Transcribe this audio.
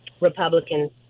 Republicans